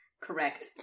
correct